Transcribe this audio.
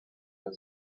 der